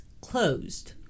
closed